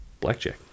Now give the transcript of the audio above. Blackjack